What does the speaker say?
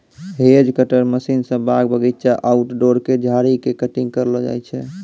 hedge cutter machine स बाग बगीचा, आउटडोर के झाड़ी के कटिंग करलो जाय छै